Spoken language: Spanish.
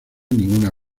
ninguna